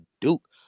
Duke